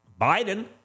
Biden